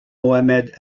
mohammed